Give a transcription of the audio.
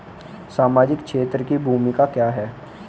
सामाजिक क्षेत्र की भूमिका क्या है?